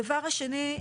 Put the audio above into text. הדבר השני,